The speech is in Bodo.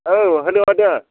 औ हेल' आदा